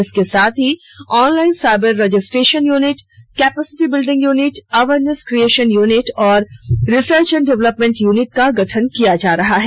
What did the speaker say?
इसके साथ online cyber registration unit capacity building unit awareness creation unit और research and development unit का गठन किया जा रहा है